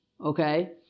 okay